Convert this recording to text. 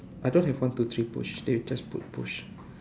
I don't have one two three push they just put push